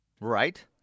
Right